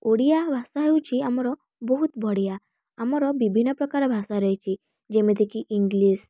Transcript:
ଓଡ଼ିଆ ଭାଷା ହେଉଛି ଆମର ବହୁତ ବଢ଼ିଆ ଆମର ବିଭିନ୍ନ ପ୍ରକାର ଭାଷା ରହିଛି ଯେମିତି କି ଇଂଲିଶ୍